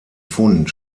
fund